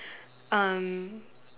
um